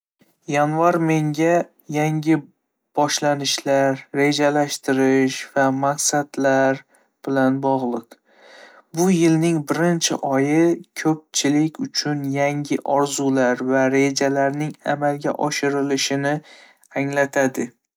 Yanvar menga yangi boshlanishlar, rejalashtirish va maqsadlar bilan bog'liq. Bu yilning birinchi oyi bo'lib, ko'pchilik uchun yangi orzular va rejalarning amalga oshirilishini anglatadi.